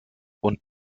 und